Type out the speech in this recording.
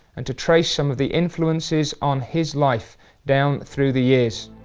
and to trace some of the influences on his life down through the years.